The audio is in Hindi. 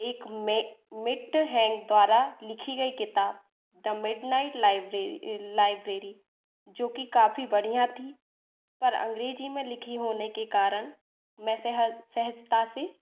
एक में मिट हेंग द्वारा लिखी गई किताब द मिडनाइट लाइब्रेरी लाइब्रेरी जो कि काफ़ी बढ़िया थी पर अंग्रेज़ी में लिखी होने के कारण मैं सहजता से